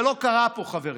זה לא קרה פה, חברים.